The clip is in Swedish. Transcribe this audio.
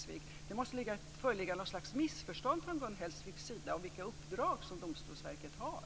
Det måste föreligga något slags missförstånd från Gun Hellsviks sida om vilka uppdrag som Domstolsverket har.